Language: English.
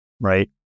right